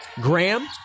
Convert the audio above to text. Graham